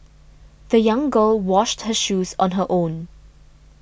the young girl washed her shoes on her own